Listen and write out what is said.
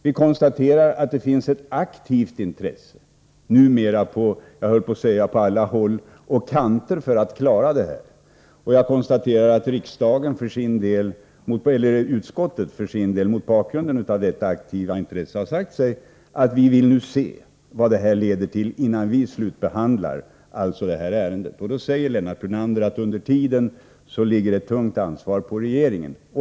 Vi konstaterar att det numera på snart sagt alla håll och kanter finns ett aktivt intresse för att klara det här. Jag konstaterar att utskottet för sin del, mot bakgrund av detta aktiva intresse, har sagt sig att man vill se vad det leder till innan man slutbehandlar det här ärendet. Lennart Brunander framhåller att ett tungt ansvar under tiden ligger på regeringen.